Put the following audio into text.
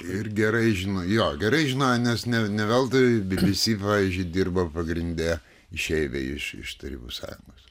ir gerai žino jo gerai žinojo nes ne ne veltui bbc pavyzdžiui dirbo pagrinde išeiviai iš iš tarybų sąjungos